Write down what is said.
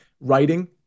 writing